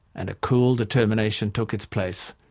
and a cool determination took its place.